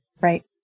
right